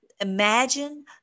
Imagine